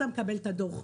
אתה מקבל את הדוח.